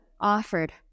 offered